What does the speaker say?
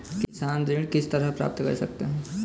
किसान ऋण किस तरह प्राप्त कर सकते हैं?